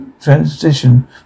transition